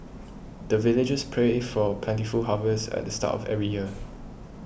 the villagers pray for plentiful harvest at the start of every year